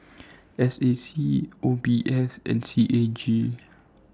S A C O B S and C A G